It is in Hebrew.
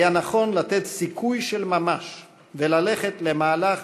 היה נכון לתת סיכוי של ממש וללכת למהלך